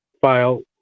file